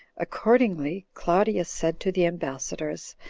accordingly, claudius said to the ambassadors,